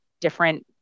different